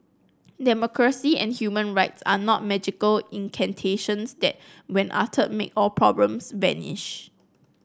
democracy and human rights are not magical incantations that when uttered make all problems vanish